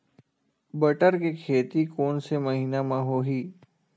बटर के खेती कोन से महिना म होही?